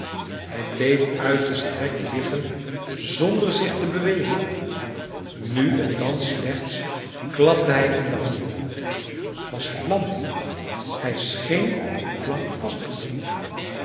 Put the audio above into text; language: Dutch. hij bleef uitgestrekt liggen zonder zich te bewegen nu en dan slechts klapte hij in de handen was hij lam hij scheen op een plank